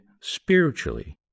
spiritually